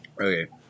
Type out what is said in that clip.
Okay